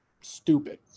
stupid